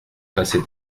passer